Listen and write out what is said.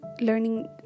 Learning